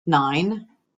nine